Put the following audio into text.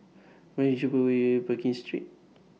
What IS The Cheap Way Pekin Street